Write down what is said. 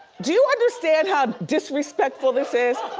do you understand how disrespectful this is?